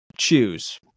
Choose